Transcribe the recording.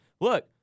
look